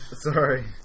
Sorry